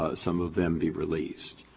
ah some of them be released.